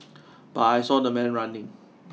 but I saw the man running